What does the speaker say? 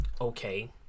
okay